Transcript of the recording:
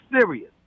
serious